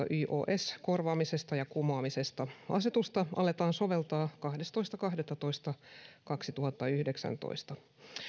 yos korvaamisesta ja kumoamisesta asetusta aletaan soveltaa kahdestoista kahdettatoista kaksituhattayhdeksäntoista